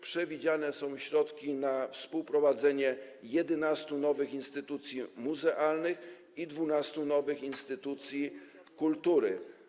Przewidziane są środki na współprowadzenie 11 nowych instytucji muzealnych i 12 nowych instytucji kultury.